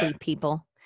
people